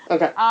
Okay